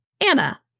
Anna